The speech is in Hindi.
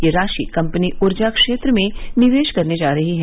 ये राशि कम्पनी उर्जा क्षेत्र में निवेश करने जा रही है